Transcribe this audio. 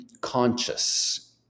conscious